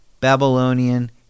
Babylonian